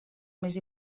més